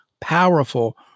powerful